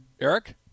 Eric